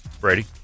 Brady